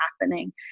happening